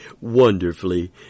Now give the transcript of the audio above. wonderfully